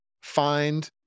find